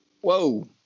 Whoa